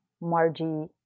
Margie